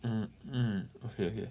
mm mm okay okay